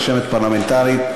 רשמת פרלמנטרית,